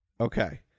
Okay